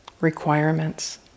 requirements